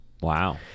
Wow